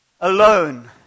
alone